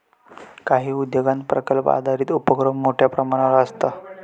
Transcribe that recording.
काही उद्योगांत प्रकल्प आधारित उपोक्रम मोठ्यो प्रमाणावर आसता